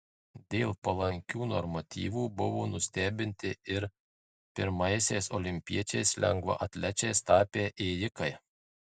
dėl palankių normatyvų buvo nustebinti ir pirmaisiais olimpiečiais lengvaatlečiais tapę ėjikai